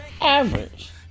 average